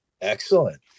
Excellent